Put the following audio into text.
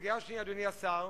הסוגיה השנייה, אדוני השר,